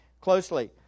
closely